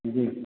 जी